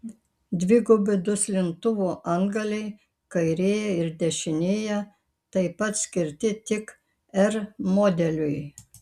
dvigubi duslintuvo antgaliai kairėje ir dešinėje taip pat skirti tik r modeliui